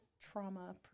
trauma